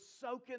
soaking